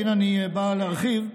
הינה, אני בא להרחיב.